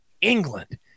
England